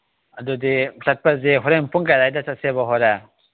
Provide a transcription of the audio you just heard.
ꯑꯗꯨꯗꯤ ꯆꯠꯄꯁꯦ ꯍꯣꯔꯦꯟ ꯄꯨꯡ ꯀꯌꯥ ꯑꯗꯥꯏꯗ ꯆꯠꯁꯦꯕ ꯍꯣꯔꯦꯟ